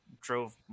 drove